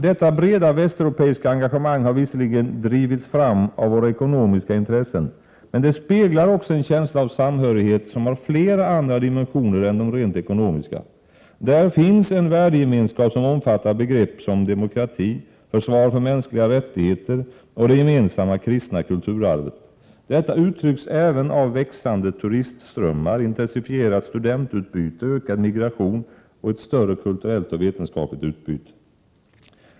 Detta breda västeuropeiska engagemang har visserligen drivits fram av våra ekonomiska intressen, men det speglar också en känsla av samhörighet som har flera andra dimensioner än de rent ekonomiska. Där finns en värdegemenskap som omfattar begrepp som demokrati, försvar för mänskliga rättigheter och det gemensamma kristna kulturarvet. Detta uttrycks även av växande turistströmmar, intensifierat studentutbyte, ökad migration och ett större kulturellt och vetenskapligt utbyte.